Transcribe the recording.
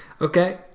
Okay